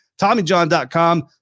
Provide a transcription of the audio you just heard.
Tommyjohn.com